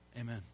amen